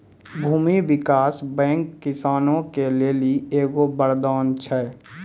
भूमी विकास बैंक किसानो के लेली एगो वरदान छै